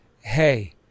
hey